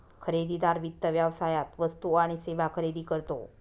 खरेदीदार वित्त व्यवसायात वस्तू आणि सेवा खरेदी करतो